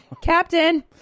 Captain